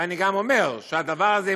ואני גם אומר שהדבר הזה,